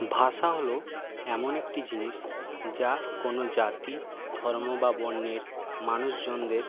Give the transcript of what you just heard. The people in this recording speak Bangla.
ভাষা হলো এমন একটি জিনিস যা কোনো জাতি ধর্ম বা বর্ণের মানুষজনদের